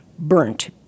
Burnt